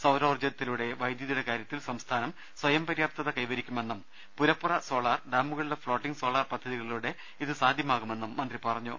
സൌരോർജ്ജത്തിലൂടെ വൈദ്യതിയുടെ കാര്യത്തിൽ സംസ്ഥാനം സ്ഥയം പര്യാപ്തത കൈവരിക്കുമെന്നും പുരപ്പുറ സോളാർ ഡാമുകളിലെ ഫ്ളോട്ടിങ് സോളാർ പദ്ധതികളിലൂടെ ഇത് സാധ്യമാകുമെന്നും മന്ത്രി പറഞ്ഞു